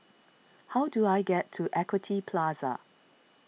how do I get to Equity Plaza